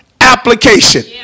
application